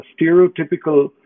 stereotypical